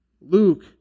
Luke